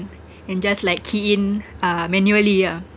and just like key in uh manually ah